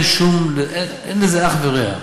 אין לזה אח ורע.